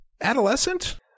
Adolescent